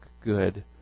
good